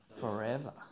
forever